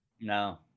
No